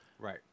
right